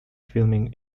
filming